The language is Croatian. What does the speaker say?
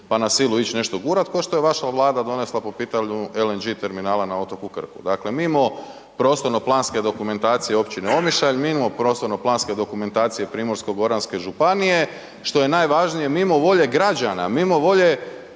pa na silu ić nešto gurat košto je vaša Vlada donesla po pitanju LNG terminala na otoku Krku, dakle mimo prostorno planske dokumentacije općine Omišalj, mimo prostorno planske dokumentacije Primorsko-goranske županije, što je najvažnije mimo volje građana, mimo volje